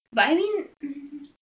but I mean